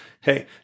Hey